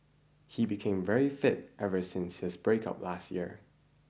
he became very fit ever since his breakup last year